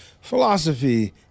philosophy